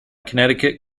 connecticut